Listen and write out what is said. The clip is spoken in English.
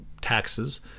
taxes